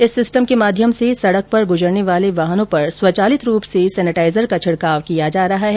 इस सिस्टम के माध्यम से सड़क पर गुजरने वाले वाहनों पर स्वचालित रूप से सैनेटाइजर का छिडकाव किया जा रहा है